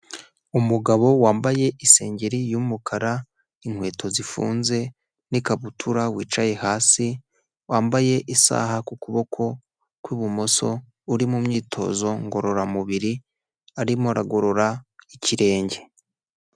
Umugabo wambaye isengeri y'umukara, inkweto zifunze n'ikabutura wicaye hasi, wambaye isaha ku kuboko kw'ibumoso uri mu myitozo ngororamubiri arimo aragorora ikirenge.